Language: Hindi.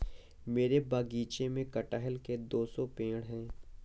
मेरे बगीचे में कठहल के दो सौ पेड़ है